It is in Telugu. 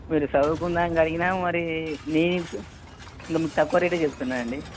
మీరు చదువుకుందాం అని అడిగిన మరి నేను ఇంకా తక్కువ రేట్ చెప్తున్నాను అండి